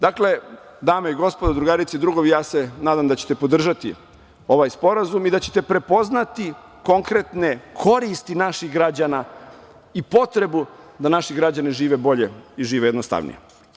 Dakle, dame i gospodo, drugarice i drugovi, ja se nadam da ćete podržati ovaj sporazum i da ćete prepoznati konkretne koristi naših građana i potrebu da naši građani žive bolje i jednostavnije.